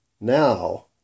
now